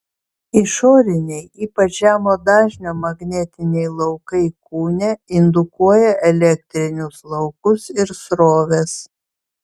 išoriniai ypač žemo dažnio magnetiniai laukai kūne indukuoja elektrinius laukus ir sroves